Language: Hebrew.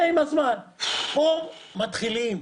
פה מתחילים.